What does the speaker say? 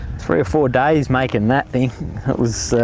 three or four days making that thing that was.